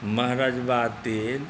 महरजबा तेल